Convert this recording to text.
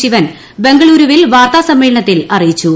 ശിവൻ ബംഗളുരുവിൽ വാർത്താസമ്മേളനത്തിൽ അറിയിച്ചു